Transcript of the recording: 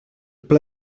ple